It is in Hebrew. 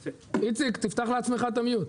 בכל מה שקשור לזמני המתנות של האניות בנמלים.